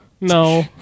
No